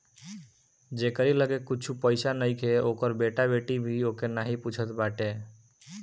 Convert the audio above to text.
जेकरी लगे कुछु पईसा नईखे ओकर बेटा बेटी भी ओके नाही पूछत बाटे